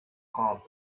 hard